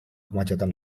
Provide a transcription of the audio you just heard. kemacetan